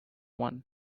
one